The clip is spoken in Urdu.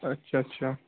اچھا اچھا